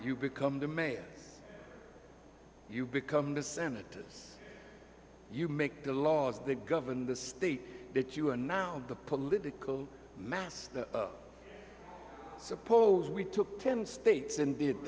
you become the mayor you become the senators you make the laws that govern the state that you are now the political mass suppose we took ten states and